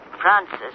Francis